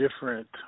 different